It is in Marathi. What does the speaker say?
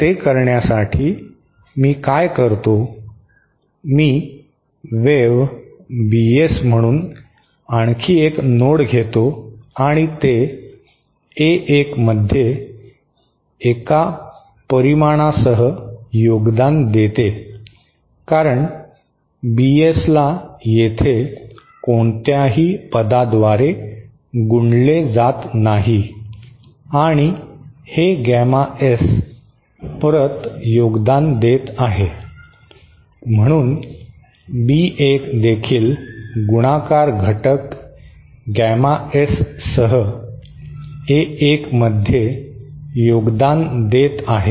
ते करण्यासाठी मी काय करतो मी वेव्ह बीएस म्हणून आणखी एक नोड घेतो आणि ते ए 1 मध्ये एक परिमाणासह योगदान देते कारण बीएसला येथे कोणत्याही पदाद्वारे गुणले जात नाही आणि हे गॅमा एस परत योगदान देत आहे म्हणून बी 1 देखील गुणाकार घटक गॅमा एस सह ए 1 मध्ये योगदान देत आहे